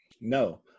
No